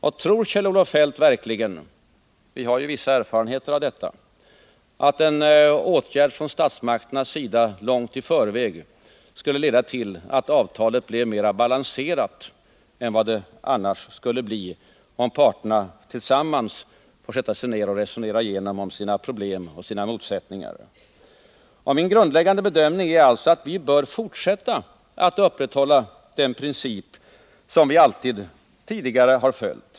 Och tror Kjell-Olof Feldt verkligen — vi har ju vissa erfarenheter av detta — att en åtgärd från statsmakternas sida långt i förväg skulle leda till att avtalet blev mer balanserat än vad det skulle bli, om parterna tillsammans får sätta sig ner och resonera om sina problem och sina motsättningar? Min grundläggande bedömning är att vi bör fortsätta att söka upprätthålla den princip som vi alltid tidigare har följt.